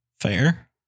Fair